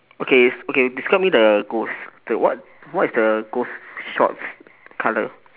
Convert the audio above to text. okay okay describe me the ghost okay what what is the ghost shorts colour